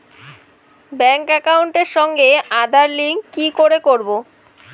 Bank একাউন্টের সঙ্গে Aadhaar link কি করে করবো?